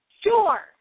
Sure